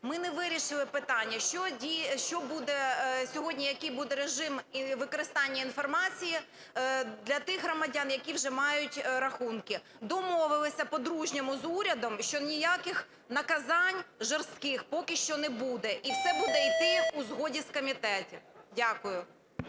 ми не вирішили питання, що буде, сьогодні який буде режим використання інформації для тих громадян, які вже мають рахунки. Домовилися по-дружньому з урядом, що ніяких наказань жорстких поки що не буде, і все буде йти у згоді з комітетом. Дякую.